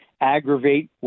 aggravate